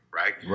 right